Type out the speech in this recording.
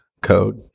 code